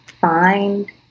find